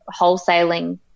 wholesaling